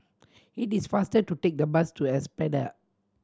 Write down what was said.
it is faster to take the bus to Espada